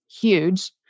huge